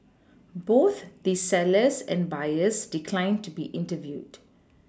both the sellers and buyers declined to be interviewed